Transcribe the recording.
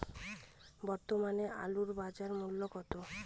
বর্তমানে আলুর বাজার মূল্য কত?